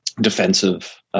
defensive